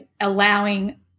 allowing